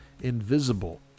invisible